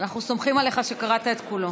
אנחנו סומכים עליך שקראת את כולו.